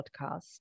podcast